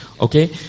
okay